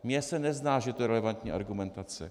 Mně se nezdá, že je to relevantní argumentace.